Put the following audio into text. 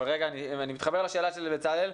אבל אני מתחבר לשאלה של בצלאל,